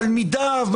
תלמידיו,